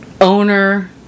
owner